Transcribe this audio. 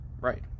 Right